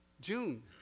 June